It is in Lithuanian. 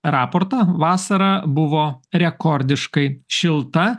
raportą vasara buvo rekordiškai šilta